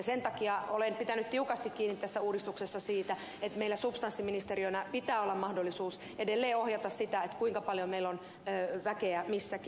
sen takia olen pitänyt tiukasti kiinni tässä uudistuksessa siitä että meillä substanssiministeriönä pitää olla mahdollisuus edelleen ohjata sitä kuinka paljon meillä on väkeä missäkin